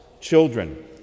Children